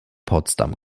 potsdam